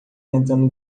tentando